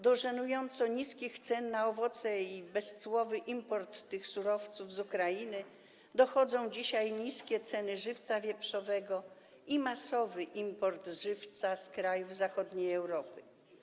Do żenująco niskich cen na owoce i bezcłowego importu tych surowców z Ukrainy dochodzą dzisiaj niskie ceny żywca wieprzowego i masowy import żywca z krajów zachodniej Europy.